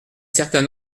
certain